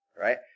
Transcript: right